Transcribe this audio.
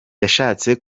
yashatse